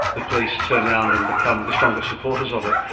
the police turn around and become the strongest supporters of it,